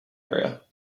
area